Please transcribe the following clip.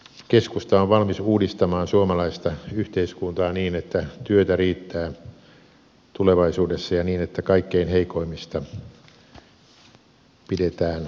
keskusta on valmis uudistamaan suomalaista yhteiskuntaa niin että työtä riittää tulevaisuudessa ja niin että kaikkein heikoimmista pidetään aina huolta